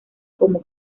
como